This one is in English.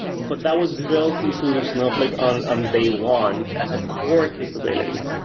but that was built into snowflake on on day one as a core capability.